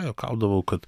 juokaudavau kad